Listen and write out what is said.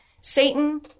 Satan